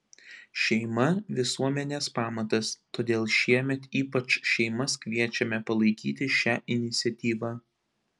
šeima visuomenės pamatas todėl šiemet ypač šeimas kviečiame palaikyti šią iniciatyvą